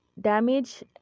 damage